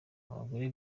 abagore